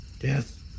Yes